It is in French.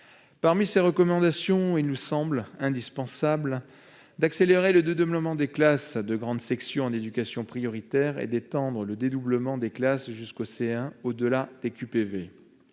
Parmi ces recommandations, certaines nous semblent indispensables : accélérer le dédoublement des classes de grande section en éducation prioritaire et étendre le dédoublement des classes jusqu'au CE1 au-delà des QPV